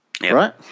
Right